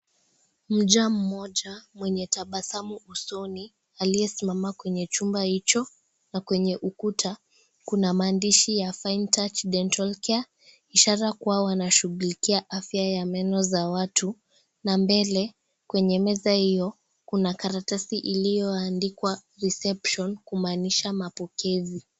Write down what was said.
Mcha mmoja, mwenye tabasamu usoni, aliyesimama kwenye chumba hicho .Na kwenye ukuta kuna maandishi ya fine touch dental care , ishara kuwa wanashughulikia afya ya meno za watu, na mbele kwenye meza hiyo kuna kalatasi iliyo andikwa reception kumanisha mapokezi.